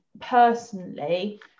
personally